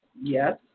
Yes